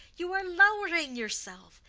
you are lowering yourself.